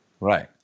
Right